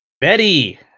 Betty